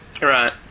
Right